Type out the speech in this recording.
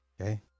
okay